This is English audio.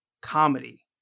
comedy